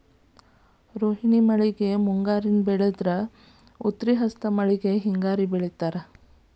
ರೋಣಿ ಮಳೆಗೆ ಮುಂಗಾರಿ ಬೆಳದ್ರ ಉತ್ರಿ ಹಸ್ತ್ ಮಳಿಗೆ ಹಿಂಗಾರಿ ಬೆಳಿತಾರ